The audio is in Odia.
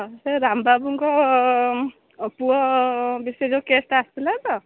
ସେ ରାମ ବାବୁଙ୍କ ପୁଅ ବିଷୟରେ ଯୋଉ କେସଟା ଆସିଥିଲା ତ